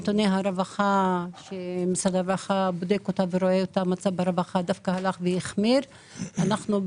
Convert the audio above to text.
הנתונים שרואה ובודק משרד הרווחה רק הלכו והחמירו,